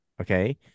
Okay